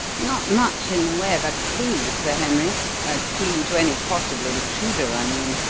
not much in the way of a clue, sir henry a clue to any possible intruder, i mean.